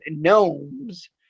gnomes